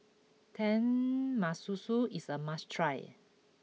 Tenmusu is a must try